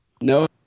No